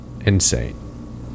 insane